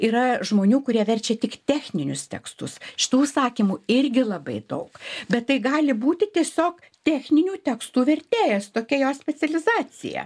yra žmonių kurie verčia tik techninius tekstus šitų užsakymų irgi labai daug bet tai gali būti tiesiog techninių tekstų vertėjas tokia jo specializacija